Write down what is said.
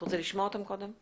אתה רוצה לשמוע אותם קודם?